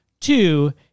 Two